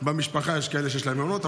במשפחה יש כאלה שיש להם מעונות,